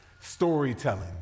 storytelling